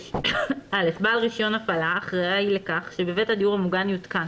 6. (א) בעל רישיון הפעלה אחראי לכך שבבית הדיור המוגן יותקן,